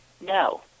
no